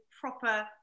proper